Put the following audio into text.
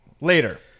later